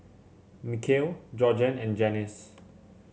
Michale Georgeann and Janyce